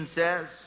says